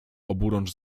oburącz